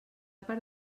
per